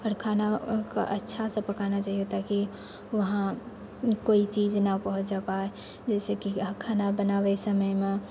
आओर खानाके अच्छासँ पकाना चाहिओ ताकि वहाँ कोई चीज नहि पहुँचऽ पाइ जइसेकि खाना बनाबै समयमे